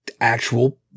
actual